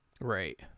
Right